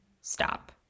stop